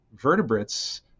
vertebrates